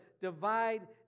divide